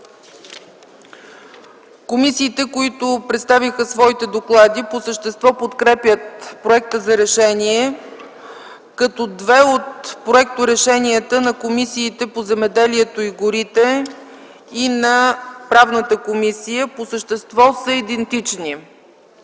Комисиите, които представиха своите доклади, по същество подкрепят проекта за решение, като две от проекторешенията – на Комисията по земеделието и горите и на Комисията по правни въпроси, по същество са идентични.